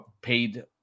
paid